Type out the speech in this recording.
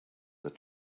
that